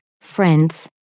friends